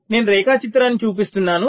నేను రేఖాచిత్రాన్ని చూపిస్తున్నాను